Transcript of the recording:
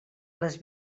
les